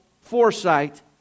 foresight